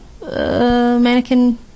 Mannequin